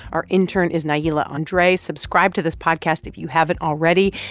our intern is nailah andre. subscribe to this podcast if you haven't already.